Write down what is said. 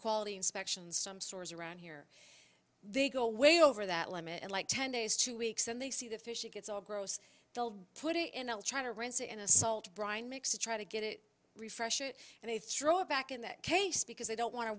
quality inspections some stores around here they go way over that limit in like ten days two weeks and they see the fish it gets all gross put it in and try to rinse it in a salt brine mix to try to get it refresh it and they throw it back in that case because they don't want to